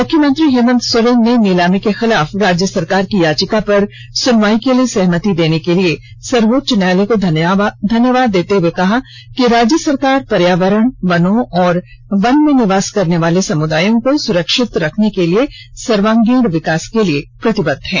मुख्यमंत्री हेमन्त सोरेन ने नीलामी के खिलाफ राज्य सरकार की याचिका पर सुनवाई के लिए सहमति देने के लिए सर्वोच्च न्यायालय को धन्यवाद देते हुए कहा कि राज्य सरकार पर्यावरण वनों और वन में निवास करने वाले समुदायों को सुरक्षित करने के लिए सर्वांगीण विकास के लिए प्रतिबद्ध है